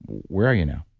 where are you now?